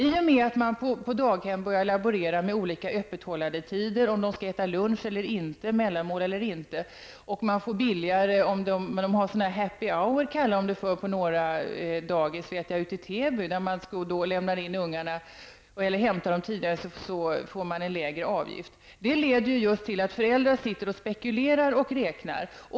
I och med att man på daghemmen börjar laborera med olika öppenhållandetider, man diskuterar om de skall äta lunch eller inte, ha mellanmål eller inte, eller man gör som i Täby där man har en Happy Hour, vilket hänger samman med att om man hämtar ungarna tidigare får man en lägre avgift, allt detta leder till att föräldrar spekulerar och räknar.